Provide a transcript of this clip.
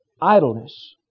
Idleness